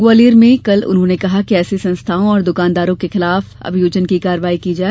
ग्वालियर में कल उन्होंने कहा कि ऐसी संस्थाओं और दुकानदारों के विरुद्ध अभियोजन की कार्रवाई की जाए